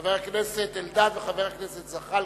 חבר הכנסת אלדד וחבר הכנסת זחאלקה.